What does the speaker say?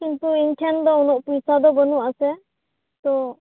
ᱠᱤᱱᱛᱩ ᱤᱧᱴᱷᱮᱱ ᱫᱚ ᱩᱱᱟᱹᱜ ᱯᱩᱤᱥᱟᱹ ᱫᱚ ᱵᱟᱹᱱᱩᱜᱼᱟ ᱥᱮ ᱛᱚ